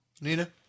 Nina